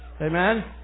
Amen